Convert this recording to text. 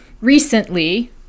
recently